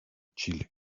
chile